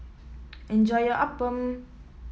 enjoy your Appam